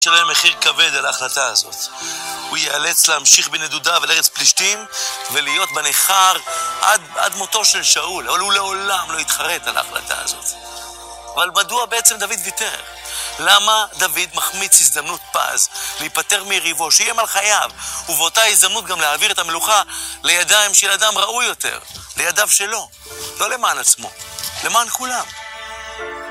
ישלם מחיר כבד על ההחלטה הזאת. הוא ייאלץ להמשיך בנדודיו אל ארץ פלישתים, ולהיות בניכר עד מותו של שאול, אבל הוא לעולם לא יתחרט על ההחלטה הזאת. אבל מדוע בעצם דוד ויתר? למה דוד מחמיץ הזדמנות פז, להיפטר מיריבו, שאיים על חייו, ובאותה הזדמנות גם להעביר את המלוכה לידיים של אדם ראוי יותר, לידיו שלו, לא למען עצמו, למען כולם.